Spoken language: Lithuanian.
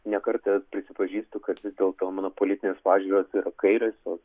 ne kartą prisipažįstu kad vis dėl to mano politinės pažiūros yra kairiosios